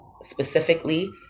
specifically